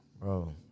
Bro